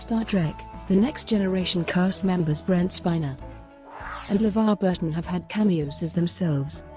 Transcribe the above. but trek the next generation cast members brent spiner and levar burton have had cameos as themselves,